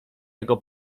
jego